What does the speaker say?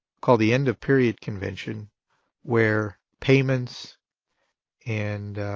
called the end of period convention where payments and